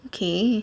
okay